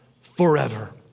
forever